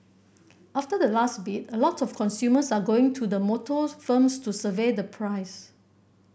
after the last bid a lot of consumers are going to the motor firms to survey the price